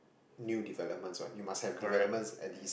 new developments right you must have developments at least